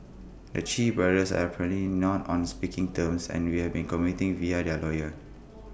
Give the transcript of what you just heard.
the Chee brothers are apparently not on speaking terms and you have been communicating via their lawyers